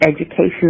education